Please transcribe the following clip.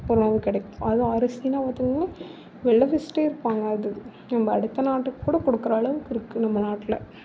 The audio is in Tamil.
உணவு கிடைக்கும் அதுவும் அரிசினா பார்த்துகோங்களேன் விளைவிச்சுட்டே இருப்பாங்க அது நம்ம அடுத்த நாட்டுக்கு கூட கொடுக்குற அளவுக்கு இருக்குது நம்ம நாட்டில்